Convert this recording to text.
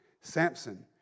Samson